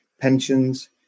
pensions